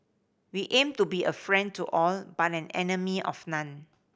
we aim to be a friend to all but an enemy of none